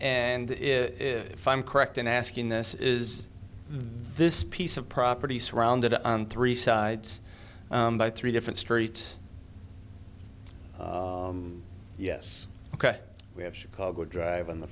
and if i'm correct in asking this is this piece of property surrounded on three sides by three different street yes ok we have chicago drive on the